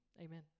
amen